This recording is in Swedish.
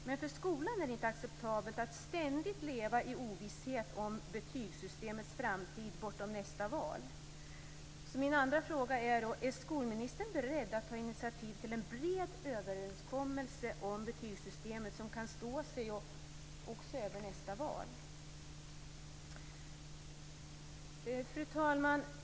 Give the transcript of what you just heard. Men för skolan är det inte acceptabelt att ständigt leva i ovisshet om betygssystemets framtid bortom nästa val. Min andra fråga är då: Är skolministern beredd att ta initiativ till en bred överenskommelse om betygssystemet, som kan stå sig också över nästa val? Fru talman!